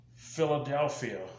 Philadelphia